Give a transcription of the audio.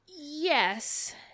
Yes